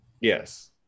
Yes